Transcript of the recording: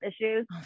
issues